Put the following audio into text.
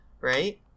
right